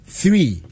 three